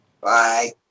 bye